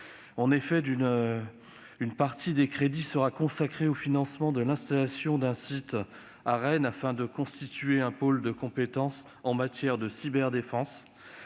Une partie des crédits sera consacrée au financement de l'installation d'un site à Rennes, afin de constituer un pôle de compétence en matière de cyberdéfense.